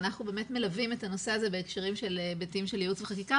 אנחנו באמת מלווים את הנושא הזה בהיבטים של ייעוץ וחקיקה,